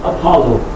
Apollo